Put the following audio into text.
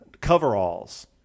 Coveralls